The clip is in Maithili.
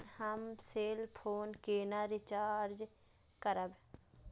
हम सेल फोन केना रिचार्ज करब?